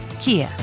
Kia